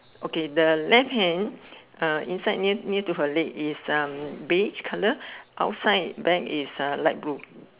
okay the left hand uh inside near near to her leg is um beige colour outside bag is uh light blue